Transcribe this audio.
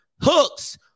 Hooks